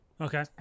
Okay